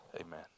Amen